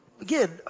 again